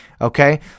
Okay